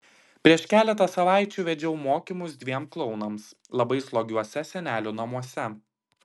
prieš keletą savaičių vedžiau mokymus dviem klounams labai slogiuose senelių namuose